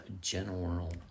General